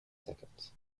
seconds